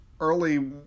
early